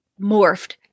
morphed